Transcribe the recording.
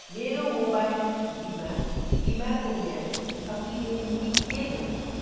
मेरो मोबाइल बिमा बिमाको म्याद सकिने मिति के हो